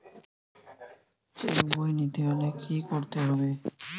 Check বই নিতে হলে কি করতে হবে?